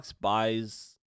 buys